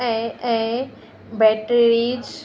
ऐं ऐं बैटरीज